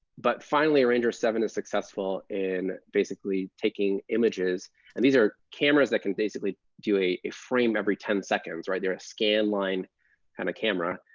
but finally, ranger seven is successful in basically taking images. and these are cameras that can basically do a a frame every ten seconds. they're a scan line kind of camera,